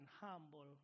humble